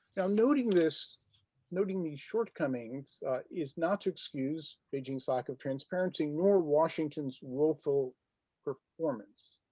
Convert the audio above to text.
now noting this noting these shortcomings is not to excuse beijing's lack of transparency nor washington's woeful performance.